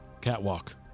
catwalk